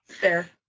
Fair